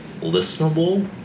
listenable